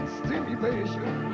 stimulation